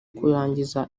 kurangiza